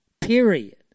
period